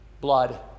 blood